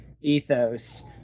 ethos